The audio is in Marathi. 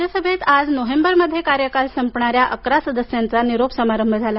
राज्यसभेत आज नोव्हेंबरमध्ये कार्यकाल संपणाऱ्या अकरा सदस्यांचा निरोप समारंभ करण्यात आला